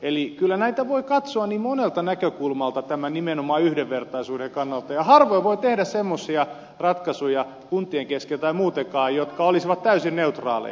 eli kyllä näitä voi katsoa niin monelta näkökulmalta nimenomaan yhdenvertaisuuden kannalta ja harvoin voi tehdä semmoisia ratkaisuja kuntien kesken tai muutenkaan jotka olisivat täysin neutraaleja